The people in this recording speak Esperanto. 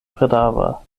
prava